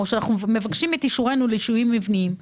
או כשמבקשים את אישורינו לשינויים מבניים,